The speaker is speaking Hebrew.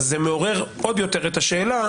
זה מעורר עוד יותר את השאלה